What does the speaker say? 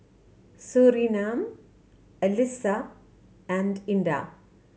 Surinam Alyssa and Indah